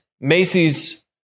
Macy's